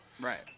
Right